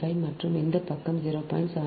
75 மற்றும் இந்த பக்கமும் 0